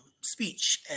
speech